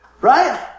Right